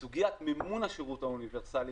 סוגיית מימון השירות האוניברסלי,